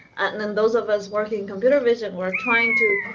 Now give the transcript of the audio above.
and and those of us working computer vision, we're trying to,